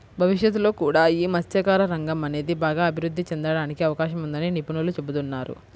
భవిష్యత్తులో కూడా యీ మత్స్యకార రంగం అనేది బాగా అభిరుద్ధి చెందడానికి అవకాశం ఉందని నిపుణులు చెబుతున్నారు